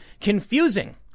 confusing